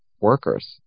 workers